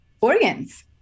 organs